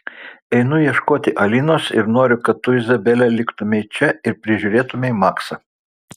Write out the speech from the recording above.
einu ieškoti alinos ir noriu kad tu izabele liktumei čia ir prižiūrėtumei maksą